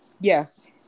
yes